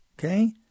Okay